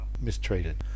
mistreated